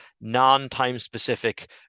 non-time-specific